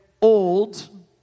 old